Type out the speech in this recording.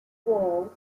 wool